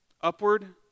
Upward